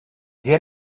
get